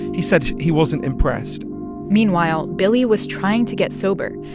he said he wasn't impressed meanwhile, billie was trying to get sober.